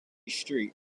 street